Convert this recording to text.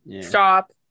Stop